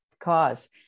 cause